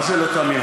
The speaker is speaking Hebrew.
מה זה לא תאמין?